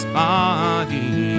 body